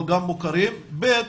אבל גם מוכרים; שניים,